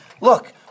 Look